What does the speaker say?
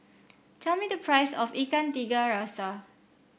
tell me the price of Ikan Tiga Rasa